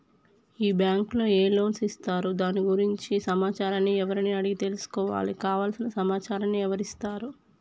ఈ బ్యాంకులో ఏ లోన్స్ ఇస్తారు దాని గురించి సమాచారాన్ని ఎవరిని అడిగి తెలుసుకోవాలి? కావలసిన సమాచారాన్ని ఎవరిస్తారు?